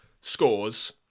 scores